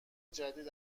جدید